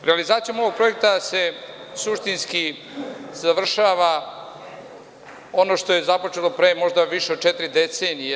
Realizacijom ovog projekta se suštinski završava ono što je započeto pre više od četiri decenije.